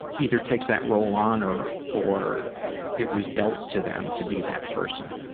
either takes that role on or or it was dealt to them to be that person.